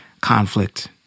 conflict